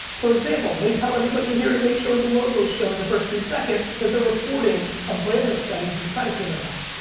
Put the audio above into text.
for example, they tell everybody in here to make sure the logo's shown in the first three seconds cuz they're reporting a brainly study is is predicated on that.